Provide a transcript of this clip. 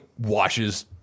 washes